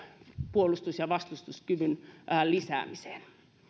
puolustus ja vastustuskyvyn lisäämiseen